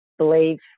believe